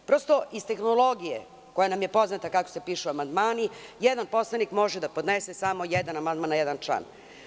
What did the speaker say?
Prosto, iz tehnologije, koja nam je poznata, kako se pišu amandmani – jedan poslanik može da podnese samo jedan amandman na jedan član.